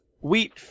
wheat